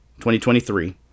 2023